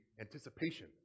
anticipation